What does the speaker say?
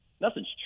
nothing's